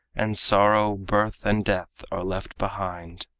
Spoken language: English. and sorrow, birth and death are left behind.